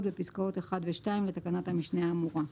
בפסקאות (1) ו-(2) לתקנת המשנה האמורה".